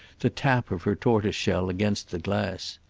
the tap of her tortoise-shell against the glass.